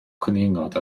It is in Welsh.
cwningod